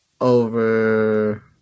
over